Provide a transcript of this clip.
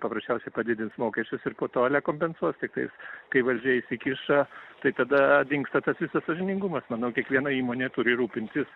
paprasčiausiai padidins mokesčius ir po to ale kompensuos tiktais kai valdžia įsikiša tai tada dingsta tas visas sąžiningumas manau kiekviena įmonė turi rūpintis